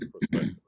perspective